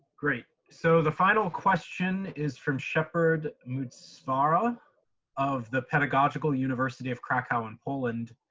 great! so, the final question is from shepherd mutsvarah of the pedagogical university of crakow in poland,